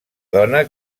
dona